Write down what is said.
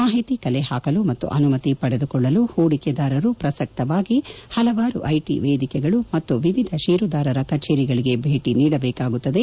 ಮಾಹಿತಿ ಕಲೆಹಾಕಲು ಮತ್ತು ಅನುಮತಿ ಪಡೆದುಕೊಳ್ಳಲು ಹೂಡಿಕೆದಾರರು ಪ್ರಸಕ್ತವಾಗಿ ಪಲವಾರು ಐಟಿ ವೇದಿಕೆಗಳು ಮತ್ತು ವಿವಿಧ ಷೇರುದಾರರ ಕಚೇರಿಗಳಿಗೆ ಭೇಟಿ ನೀಡಬೇಕಾಗುತ್ತದೆ